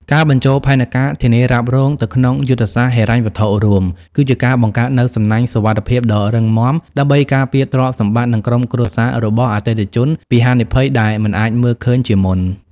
ការបញ្ចូលផែនការធានារ៉ាប់រងទៅក្នុងយុទ្ធសាស្ត្រហិរញ្ញវត្ថុរួម គឺជាការបង្កើតនូវសំណាញ់សុវត្ថិភាពដ៏រឹងមាំដើម្បីការពារទ្រព្យសម្បត្តិ និងក្រុមគ្រួសាររបស់អតិថិជនពីហានិភ័យដែលមិនអាចមើលឃើញជាមុន។